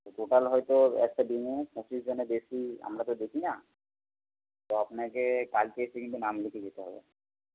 total হয়ত একটা দিনে পঁচিশজনের বেশি আমরা তো দেখি না তো আপনাকে কালকে এসে কিন্তু নাম লিখিয়ে যেতে হবে